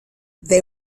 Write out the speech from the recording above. they